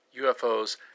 UFOs